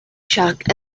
shocked